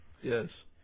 Yes